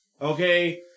Okay